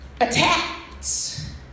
Attacks